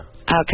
Okay